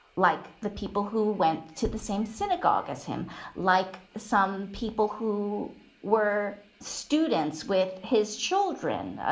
like the people who went to the same synagogue as him like some people who were students with his children. ah